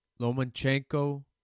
Lomachenko